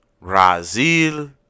Brazil